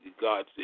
God